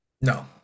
No